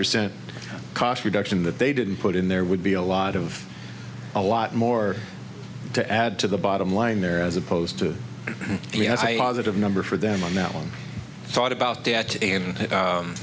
percent cost reduction that they didn't put in there would be a lot of a lot more to add to the bottom line there as opposed to the as a positive number for them on that one thought about that and